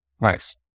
Nice